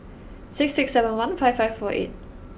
six six seven one five five four eight